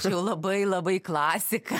čia jau labai labai klasika